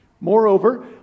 Moreover